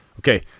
Okay